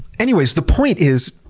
anyway, the point is,